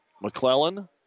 McClellan